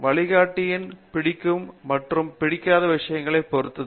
வழிகாட்டியின் பிடிக்கும் மற்றும் பிடிக்காத விஷயங்களை பொறுத்தது